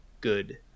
good